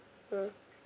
uh